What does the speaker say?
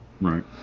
right